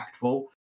impactful